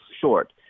short